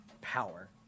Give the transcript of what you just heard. power